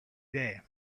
day